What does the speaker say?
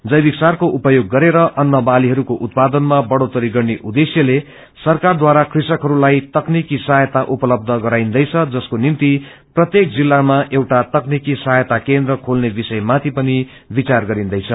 जैविक सारको उपयोग गरेर अन्न वालीहरूको उत्पादमा बढ़ोत्तरी गर्ने उद्देश्यश्ले सरकारद्वारा कृष्कहरूलाई तक्रनिकी सहायता उपलबध गराइन्दैछ जसको निम्ति प्रत्येक जिल्लामा एउटा तकनिक्री सहायता केन्द्र खेल्ने विषयमाथि पनि विचार गरिन्दैछ